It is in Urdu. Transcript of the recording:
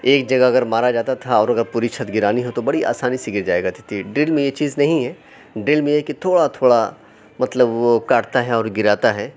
ایک جگہ اگر مارا جاتا تھا اور اگر پوری چھت گرانی ہو تو بڑی آسانی سے گر جایا کرتی تھی ڈرل میں یہ چیز نہیں ہے ڈرل میں یہ کہ تھوڑا تھوڑا مطلب وہ کاٹتا ہے اور گراتا ہے